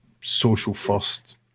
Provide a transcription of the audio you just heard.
social-first